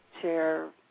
chair